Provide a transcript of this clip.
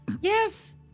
Yes